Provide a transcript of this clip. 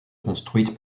construite